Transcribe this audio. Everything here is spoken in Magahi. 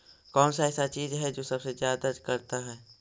कौन सा ऐसा चीज है जो सबसे ज्यादा करता है?